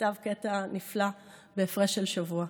כתב קטע נפלא, "בהפרש של שבוע":